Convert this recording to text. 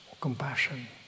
compassion